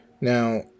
Now